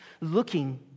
looking